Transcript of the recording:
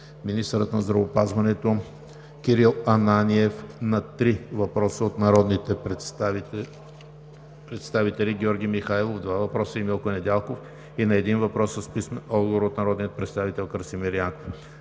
министърът на здравеопазването Кирил Ананиев – на три въпроса от народните представители Георги Михайлов, два въпроса; и Милко Недялков; и на един въпрос с писмен отговор от народния представител Красимир